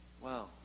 Wow